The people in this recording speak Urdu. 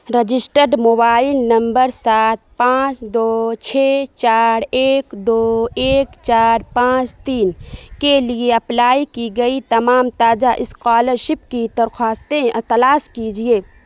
رجسٹرڈ موبائل نمبر سات پانچ دو چھ چار ایک دو ایک چار پانچ تین کے لیے اپلائی کی گئی تمام تازہ اسکالرشپ کی درخواستیں تلاش کیجیے